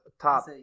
top